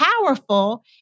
powerful